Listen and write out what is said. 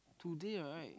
today right